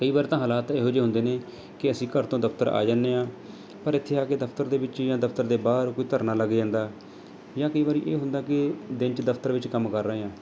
ਕਈ ਵਾਰ ਤਾਂ ਹਾਲਾਤ ਇਹੋ ਜਿਹੇ ਹੁੰਦੇ ਨੇ ਕਿ ਅਸੀਂ ਘਰ ਤੋਂ ਦਫ਼ਤਰ ਆ ਜਾਂਦੇ ਹਾਂ ਪਰ ਇੱਥੇ ਆ ਕੇ ਦਫ਼ਤਰ ਦੇ ਵਿੱਚ ਹੀ ਜਾਂ ਦਫ਼ਤਰ ਦੇ ਬਾਹਰ ਕੋਈ ਧਰਨਾ ਲੱਗ ਜਾਂਦਾ ਜਾਂ ਕਈ ਵਾਰੀ ਇਹ ਹੁੰਦਾ ਕਿ ਦਿਨ 'ਚ ਦਫ਼ਤਰ ਵਿੱਚ ਕੰਮ ਕਰ ਰਹੇ ਹਾਂ